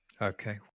Okay